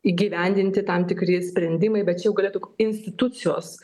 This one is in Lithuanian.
įgyvendinti tam tikri sprendimai bet čia jau galėtų institucijos